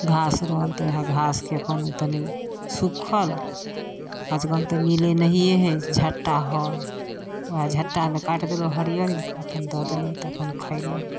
घास रहल तऽ वएह घासके अपन तनी सूख्खल आज कल तऽ मिलय नहि है झट्टा हइ वएह झट्टामे काटि देलहुँ हरियरे अपन दऽ देलहुँ तऽ अपन खयलक